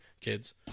kids